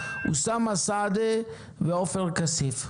אוסאמה סעדי ועופר כסיף.